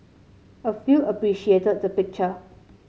a few appreciated the picture